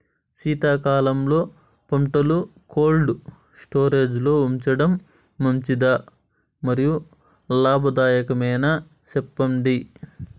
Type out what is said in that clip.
శీతాకాలంలో పంటలు cold storage లో ఉంచడం మంచిదా? మరియు లాభదాయకమేనా, సెప్పండి